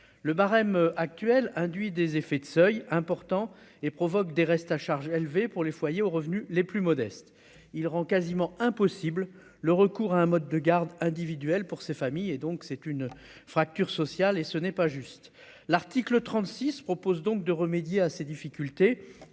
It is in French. le barème actuel induit des effets de seuil important et provoque des restes à charge élevés pour les foyers aux revenus les plus modestes, il rend quasiment impossible le recours à un mode de garde individuel pour ces familles et donc c'est une fracture sociale et ce n'est pas juste l'article 36 propose donc de remédier à ces difficultés